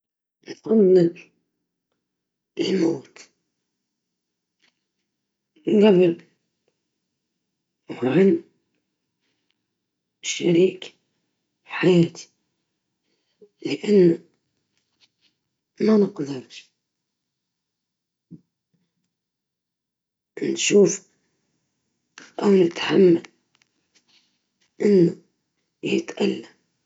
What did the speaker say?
بصراحة، نفضل نموت قبله، لأنه فكرة إنك تعيش بعد شريك حياتك وتفقده صعبة هلبة، ما نقدرش نتخيل الفقدان.